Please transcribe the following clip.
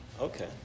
Okay